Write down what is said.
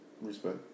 Respect